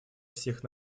всех